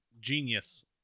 genius